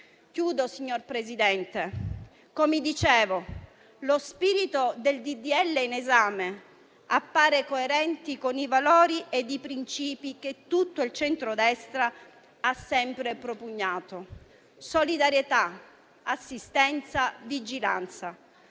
signor Presidente, lo spirito del decreto-legge in esame appare coerente con i valori e i principi che tutto il centrodestra ha sempre propugnato: solidarietà, assistenza, vigilanza.